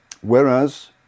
Whereas